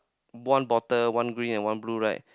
one bottle one green and one blue right